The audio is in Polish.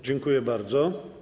Dziękuję bardzo.